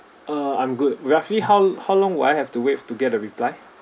um I'm good roughly how how long will I have to wait to get the reply